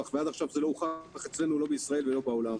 ועד עכשיו זה לא הוכח לא בישראל ולא בעולם.